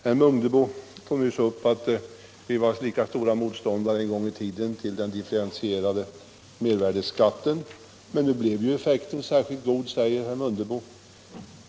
Herr Mundebo sade att vi en gång i tiden var lika stora motståndare till den differentierade mervärdeskatten men att effekten ju blev god.